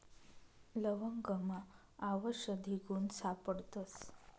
लवंगमा आवषधी गुण सापडतस